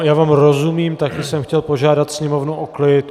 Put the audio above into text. Já vám rozumím, také jsem chtěl požádat sněmovnu o klid.